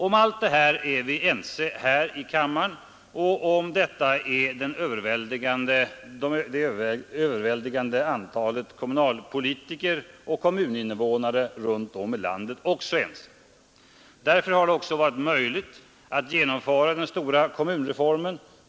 Om allt detta är vi ense här i kammaren, och om detta är det överväldigande antalet kommuninvånare och kommunalpolitiker runt om i landet också ense. Därför har det varit möjligt att genomföra den stora kommunreformen.